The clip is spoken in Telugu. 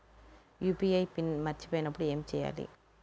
యూ.పీ.ఐ పిన్ మరచిపోయినప్పుడు ఏమి చేయాలి?